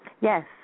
Yes